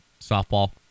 softball